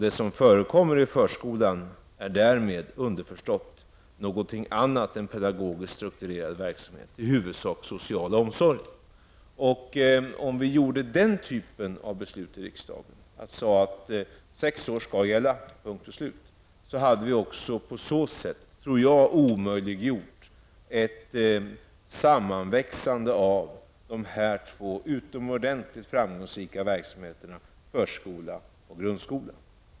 Det som förekommer i förskolan är därmed underförstått någoting annat än pedagogiskt strukturerad verksamhet, i huvudsak social omsorg. Om riksdagen fattade den typen av beslut och sade att skolstart vid sex års ålder skall gälla -- punkt och slut, skulle vi omöjliggöra ett sammanväxande av dessa två utomordentligt framgångsrika verksamheter, förskola och grundskola.